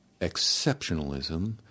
exceptionalism